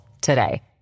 today